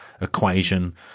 equation